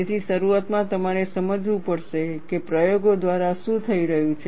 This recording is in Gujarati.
તેથી શરૂઆતમાં તમારે સમજવું પડશે કે પ્રયોગો દ્વારા શું થઈ રહ્યું છે